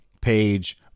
page